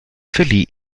verlieh